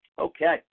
Okay